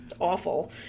Awful